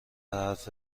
حرف